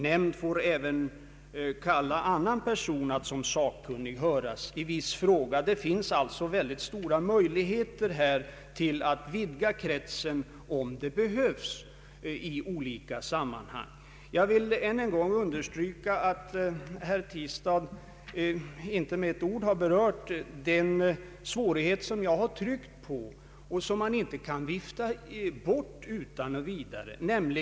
Nämnd får även kalla annan person att som sakkunnig höras i viss fråga. Det finns alltså väldigt stora möjligheter att vidga kretsen om det i olika sammanhang behövs. Jag vill än en gång understryka att herr Tistad inte med ett ord har berört den svårighet som jag har tryckt på och som man inte utan vidare kan vifta bort.